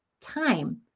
time